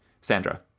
Sandra